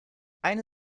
eine